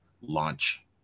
launch